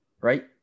Right